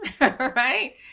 right